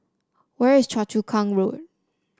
where is Choa Chu Kang Road